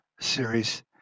series